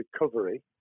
recovery